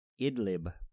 Idlib